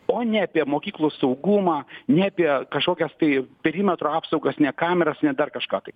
o ne apie mokyklų saugumą ne apie kažkokias tai perimetro apsaugas ne kameras ne dar kažką tai